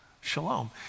Shalom